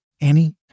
Annie